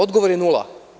Odgovor je nula.